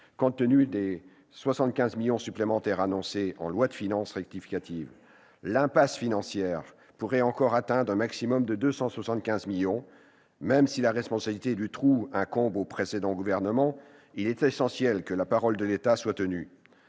Compte tenu des 75 millions d'euros supplémentaires annoncés en loi de finances rectificative, l'impasse financière pourrait encore atteindre un maximum de 275 millions d'euros. Même si la responsabilité du trou incombe au précédent gouvernement, il est essentiel que la parole de l'État soit tenue